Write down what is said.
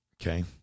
Okay